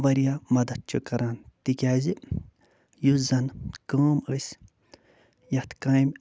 واریاہ مدتھ چھِ کران تِکیٛازِ یُس زَنہٕ کٲم أسۍ یَتھ کامہِ